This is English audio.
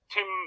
Tim